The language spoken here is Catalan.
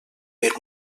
per